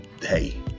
hey